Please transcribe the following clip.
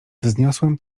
wzniosłem